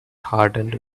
hardened